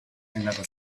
another